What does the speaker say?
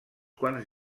quants